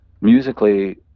musically